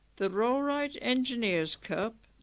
the rollright engineers' cup.